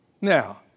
Now